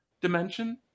dimension